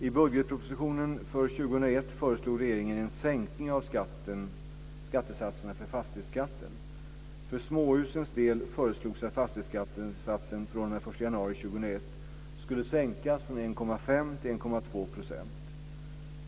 skulle sänkas från 1,5 % till 1,2 %.